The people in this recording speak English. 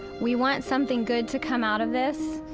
we want something good to come out of this.